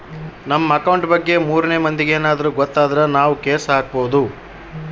ನಮ್ ಅಕೌಂಟ್ ಬಗ್ಗೆ ಮೂರನೆ ಮಂದಿಗೆ ಯೆನದ್ರ ಗೊತ್ತಾದ್ರ ನಾವ್ ಕೇಸ್ ಹಾಕ್ಬೊದು